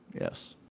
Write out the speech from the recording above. Yes